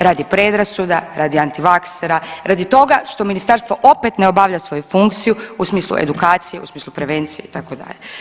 Radi predrasuda, radi antivaksera, radi toga što ministarstvo opet ne obavlja svoju funkciju u smislu edukacije, u smislu prevencije itd.